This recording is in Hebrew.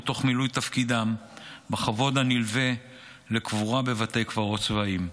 תוך מילוי תפקידם בכבוד הנלווה לקבורה בבתי קברות צבאיים.